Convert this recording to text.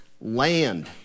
land